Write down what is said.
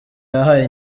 yahaye